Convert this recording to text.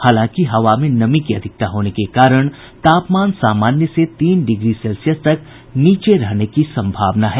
हालांकि हवा में नमी की अधिकता होने के कारण तापमान सामान्य से तीन डिग्री सेल्सियस तक नीचे रहने की सम्भावना है